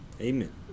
Amen